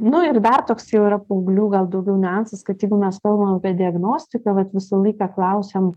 nu ir dar toks jau yra paauglių gal daugiau niuansas kad jeigu mes kalbam apie diagnostiką vat visą laiką klausiam